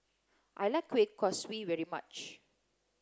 I like Kueh Kaswi very much